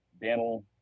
dental